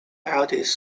eldest